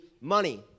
money